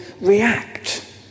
react